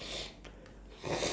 fifty around there